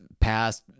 past